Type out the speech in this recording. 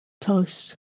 toast